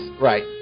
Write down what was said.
right